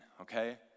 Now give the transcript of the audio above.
okay